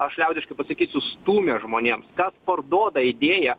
aš liaudiškai pasakysiu stūmė žmonėms kas parduoda idėją